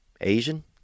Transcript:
Asian